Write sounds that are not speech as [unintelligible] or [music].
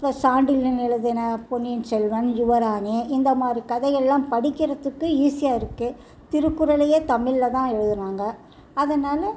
இப்போ [unintelligible] எழுதின பொன்னியின் செல்வன் யுவராணி இந்தமாதிரி கதையெல்லாம் படிக்கிறதுக்கு ஈஸியாக இருக்குது திருக்குறளையே தமிழில் தான் எழுதினாங்க அதனால்